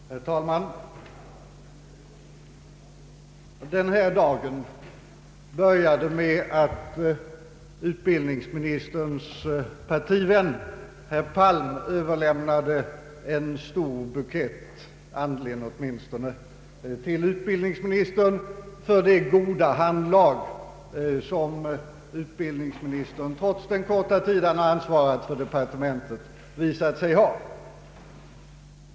Herr talman! Den här dagen började med att utbildningsministerns partivän herr Palm överlämnade en stor bukett blommor — åtminstone andligen — till utbildningsministern för det goda handlag som han visat sig ha trots den korta tid han ansvarat för utbildningsdepartementet.